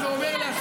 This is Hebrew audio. אתה יודע מה,